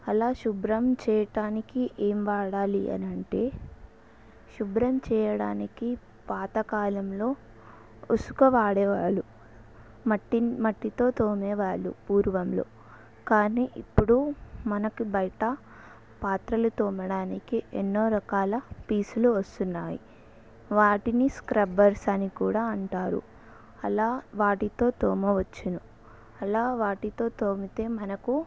అలా శుభ్రం చేయడానికి ఏం వాడాలి అనంటే శుభ్రం చేయడానికి పాతకాలంలో ఇసుక వాడేవాళ్ళు మట్టి మట్టితో తోమేవాళ్ళు పూర్వంలో కానీ ఇప్పుడు మనకు బయట పాత్రలు తోమడానికి ఎన్నో రకాల పీచులు వస్తున్నాయి వాటిని స్క్రబ్బర్స్ అని కూడా అంటారు అలా వాటితో తోమ వచ్చును అలా వాటితో తోమితే మనకు